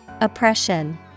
Oppression